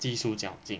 技术奖金